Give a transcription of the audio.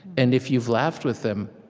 and if you've laughed with them,